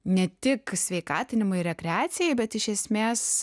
ne tik sveikatinimui rekreacijai bet iš esmės